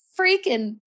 freaking